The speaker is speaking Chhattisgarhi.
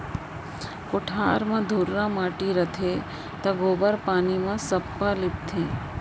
कोठार म धुर्रा माटी रथे त गोबर पानी म सफ्फा लीपथें